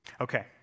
Okay